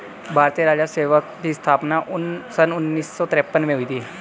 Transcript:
भारतीय राजस्व सेवा की स्थापना सन उन्नीस सौ तिरपन में हुई थी